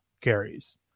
carries